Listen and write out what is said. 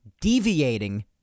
deviating